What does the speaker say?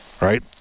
Right